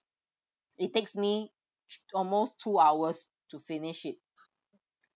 it takes me almost two hours to finish it